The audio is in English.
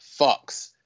fucks